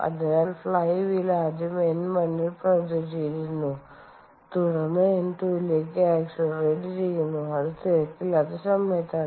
അതിനാൽ flywheel ആദ്യം N1 ൽ പ്രവർത്തിച്ചിരുന്നു തുടർന്ന് N2 ലേക്ക് അക്സെലിറേറ്റ് ചെയുന്നു ഇത് തിരക്കില്ലാത്ത സമയത്താണ്